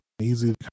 easy